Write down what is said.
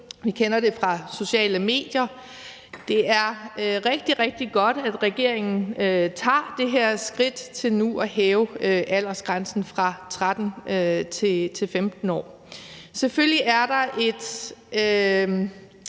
Vi kender det fra sociale medier. Det er rigtig, rigtig godt, at regeringen tager det her skridt til nu at hæve aldersgrænsen fra 13 år til 15 år. Selvfølgelig er der et,